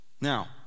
Now